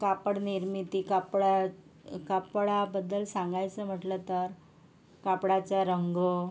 कापड निर्मिती कापडा कापडाबद्दल सांगायचं म्हटलं तर कापडाचा रंग